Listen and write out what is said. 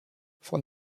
von